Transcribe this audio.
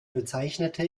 bezeichnete